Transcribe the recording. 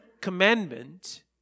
commandment